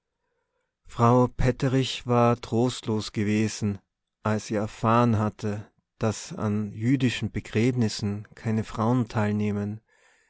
frau petterich war trostlos gewesen als sie erfahren hatte daß an jüdischen begräbnissen keine frauen